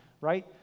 right